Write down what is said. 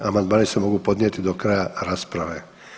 Amandmani se mogu podnijeti do kraja rasprave.